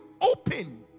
open